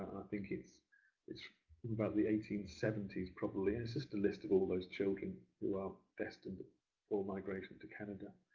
think it's it's from about the eighteen seventy s, probably, and it's just a list of all those children who are destined for migration to canada.